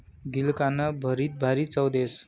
गिलकानं भरीत भारी चव देस